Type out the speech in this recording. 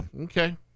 Okay